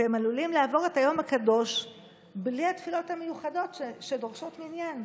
והם עלולים לעבור את היום הקדוש בלי התפילות המיוחדות שדורשות מניין.